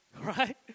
right